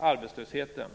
arbetslösheten.